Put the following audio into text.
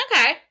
Okay